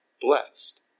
blessed